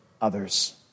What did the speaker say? others